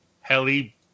heli